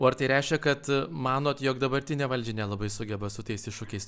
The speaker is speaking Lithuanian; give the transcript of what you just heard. o ar tai reiškia kad manot jog dabartinė valdžia nelabai sugeba su tais iššūkiais